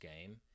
game